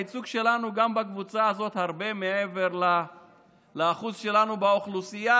הייצוג שלנו בקבוצה הזאת הוא הרבה מעבר לאחוז שלנו באוכלוסייה,